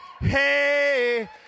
Hey